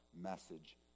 message